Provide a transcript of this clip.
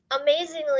amazingly